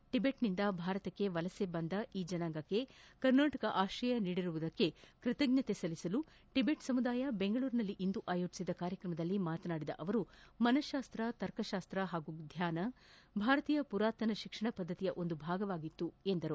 ಟಿಬೆಟ್ನ್ನಿಂದ ಭಾರತಕ್ಕೆ ವಲಸೆ ಬಂದ ಈ ಜನಾಂಗಕ್ಕೆ ಕರ್ನಾಟಕ ಆಶ್ರಯ ನೀಡಿರುವುದಕ್ಕೆ ಕೃತಜ್ಞತೆ ಸಲ್ಲಿಸಲು ಟಿಬೆಟ್ ಸಮುದಾಯ ಬೆಂಗಳೂರಿನಲ್ಲಿಂದು ಆಯೋಜಿಸಿದ್ದ ಕಾರ್ಯಕ್ರಮದಲ್ಲಿ ಮಾತನಾಡಿದ ಅವರು ಮನಃಶಾಸ್ತ್ರ ತರ್ಕಶಾಸ್ತ್ರ ಹಾಗೂ ಧ್ಯಾನ ಭಾರತೀಯ ಪುರಾತನ ಶಿಕ್ಷಣ ಪದ್ದತಿಯ ಒಂದು ಭಾಗವಾಗಿತ್ತು ಎಂದರು